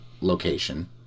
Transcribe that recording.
location